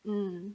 mm